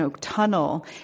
tunnel